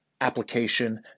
application